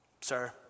sir